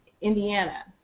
Indiana